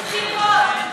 צחי, יש בחירות.